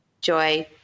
joy